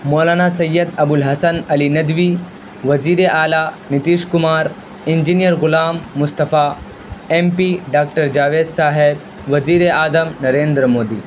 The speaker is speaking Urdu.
مولانا سید ابو الحسن علی ندوی وزیر اعلیٰ Nitish Kumar engineer Ghulam Mustafa M P doctor Javed Sahab وزیر اعظم نریندر مودی